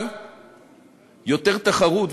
אבל יותר תחרות,